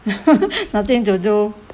nothing to do